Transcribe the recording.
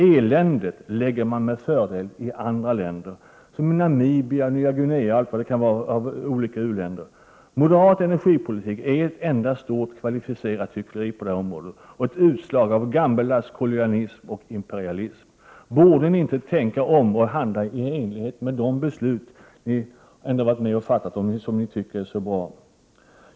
Eländet lägger man med fördel i andra länder, i Namibia, Nya Guinea och andra u-länder. Moderat energipolitik på det här området är ett enda stort kvalificerat hyckleri, och ett utslag av en gammeldags kolonialism och imperialism. Borde ni inte tänka om och handla i enlighet med de beslut ni ändå har varit med och fattat beslut om, och som ni tycker är så bra?